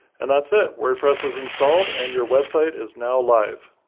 and that's it! wordpress is installed, and your website is now live.